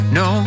no